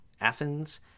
athens